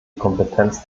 kompetenz